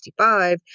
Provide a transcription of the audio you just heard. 1965